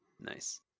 Nice